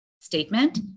statement